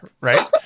right